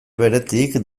beretik